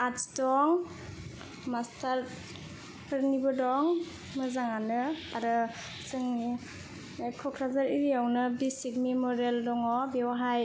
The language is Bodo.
आर्ट्स दं मास्टारफोरनिबो दं मोजाङानो आरो जोंनि क'क्राझार एरियायावनो बेसिक मेम'रियेल दङ बेयावहाय